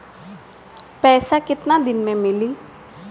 पैसा केतना दिन में मिली?